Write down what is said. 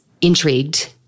intrigued